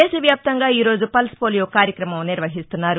దేశ వ్యాప్తంగా ఈరోజు పల్స్పోలియో కార్యక్రమం నిర్వహిస్తున్నారు